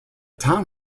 town